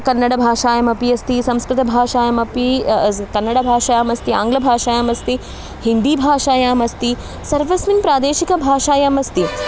कन्नडभाषायामपि अस्ति संस्कृतभाषायामपि कन्नडभाषायामस्ति आङ्ग्लभाषायामस्ति हिन्दीभाषायामस्ति सर्वस्मिन् प्रादेशिकभाषायाम् अस्ति